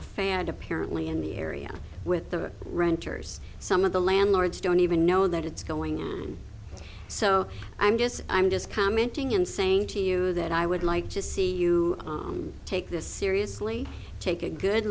and apparently in the area with the renters some of the landlords don't even know that it's going on so i'm just i'm just commenting and saying to you that i would like to see you take this seriously take a good